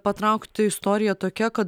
patraukt tai istorija tokia kad